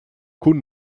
cun